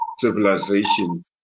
civilization